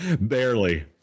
Barely